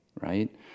right